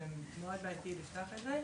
זה מאד בעייתי לפתוח את זה.